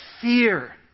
fear